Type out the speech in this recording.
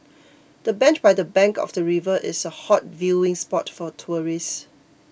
the bench by the bank of the river is a hot viewing spot for tourists